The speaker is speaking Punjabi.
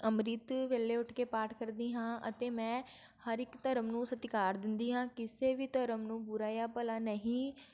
ਅੰਮ੍ਰਿਤ ਵੇਲੇ ਉੱਠ ਕੇ ਪਾਠ ਕਰਦੀ ਹਾਂ ਅਤੇ ਮੈਂ ਹਰ ਇੱਕ ਧਰਮ ਨੂੰ ਸਤਿਕਾਰ ਦਿੰਦੀ ਹਾਂ ਕਿਸੇ ਵੀ ਧਰਮ ਨੂੰ ਬੁਰਾ ਜਾਂ ਭਲਾ ਨਹੀਂ